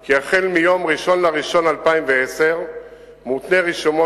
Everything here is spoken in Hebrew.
כי החל ביום 1 בינואר 2010 מותנה רישומו